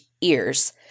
ears